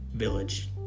Village